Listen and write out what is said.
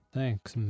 Thanks